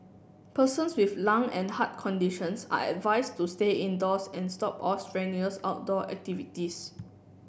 persons with lung and heart conditions are advised to stay indoors and stop all strenuous outdoor activities